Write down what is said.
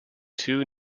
two